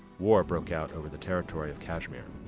war broke out over the territory of kashmir.